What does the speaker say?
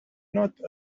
not